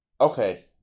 Okay